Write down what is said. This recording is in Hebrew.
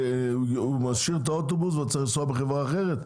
הוא משאיר את האוטובוס וצריך לנסוע בחברה אחרת?